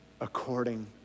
according